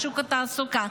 לשוק התעסוקה,